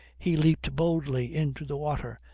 he leaped boldly into the water,